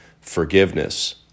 Forgiveness